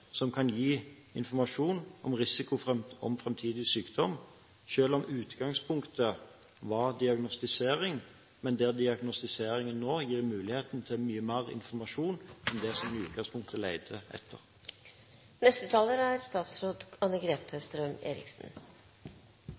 som kan gi informasjon om risiko for framtidig sykdom, selv om utgangspunktet var diagnostisering, der diagnostiseringen nå gir muligheten til mye mer informasjon enn det som en i utgangspunktet leter etter? Vi er